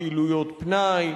פעילויות פנאי,